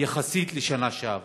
יחסית לשנה שעברה.